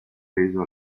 peso